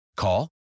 Call